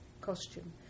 costume